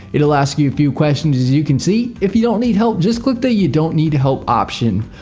it'll ask you a few questions as you can see. if you don't need help just click the, you don't need help option.